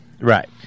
Right